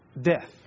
death